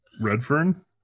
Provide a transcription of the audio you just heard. Redfern